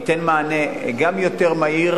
ייתן מענה גם יותר מהיר